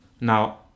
Now